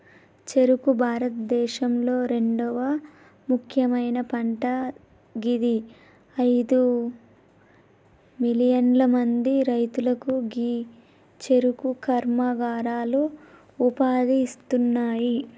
చెఱుకు భారతదేశంలొ రెండవ ముఖ్యమైన పంట గిది అయిదు మిలియన్ల మంది రైతులకు గీ చెఱుకు కర్మాగారాలు ఉపాధి ఇస్తున్నాయి